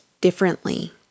differently